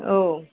औ